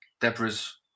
Deborah's